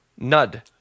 Nud